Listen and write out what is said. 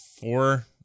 four